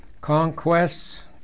Conquests